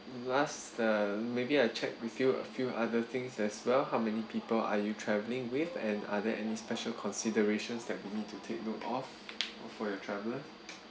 the last uh maybe I check a few a few other things as well how many people are you travelling with and other any special considerations that we need to take note of for your travellers